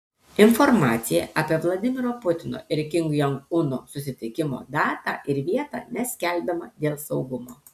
informacija apie vladimiro putino ir kim jong uno susitikimo datą ir vietą neskelbiama dėl saugumo